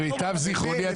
למיטב זכרוני,